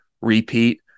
repeat